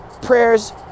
prayers